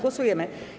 Głosujemy.